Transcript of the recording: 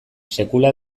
sekula